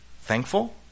thankful